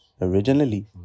originally